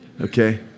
okay